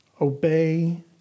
Obey